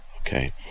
Okay